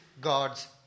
God's